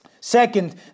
second